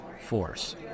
force